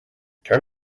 turn